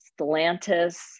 Stellantis